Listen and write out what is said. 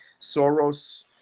Soros